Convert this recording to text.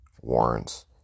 warrants